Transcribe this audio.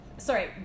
sorry